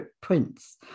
prints